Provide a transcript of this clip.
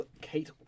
Kate